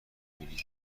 بینید